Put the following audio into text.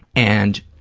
and